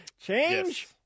Change